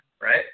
right